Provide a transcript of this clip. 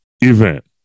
event